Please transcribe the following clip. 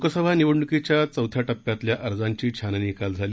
लोकसभा निवडणुकीच्या चौथ्या टप्प्यातल्या अर्जांची छाननी काल झाली